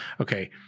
Okay